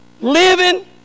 living